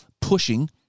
pushing